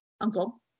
uncle